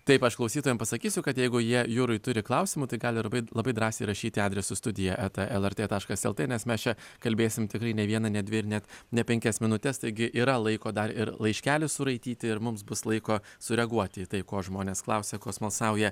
taip aš klausytojam pasakysiu kad jeigu jie jurui turi klausimų tai gali ir labai drąsiai rašyti adresu studija eta lrt taškas lt nes mes čia kalbėsie tikrai ne vieną ne dvi ir net ne penkias minutes taigi yra laiko dar ir laiškelį suraityti ir mums bus laiko sureaguoti į tai ko žmonės klausia ko smalsauja